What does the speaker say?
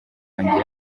wanjye